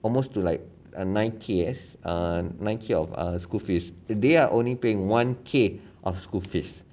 almost to like a nine K eh err nine K of err school fees they are only paying one K of school fees